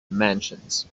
mansions